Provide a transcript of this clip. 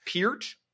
Peart